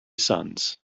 sons